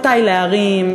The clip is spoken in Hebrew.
מתי להרים,